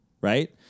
right